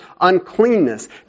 uncleanness